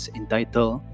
entitled